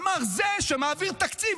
אמר זה שמעביר תקציב.